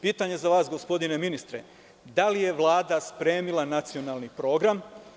Pitanje za vas gospodine ministre – da li je Vlada spremila nacionalni program?